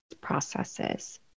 processes